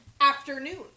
Afternoon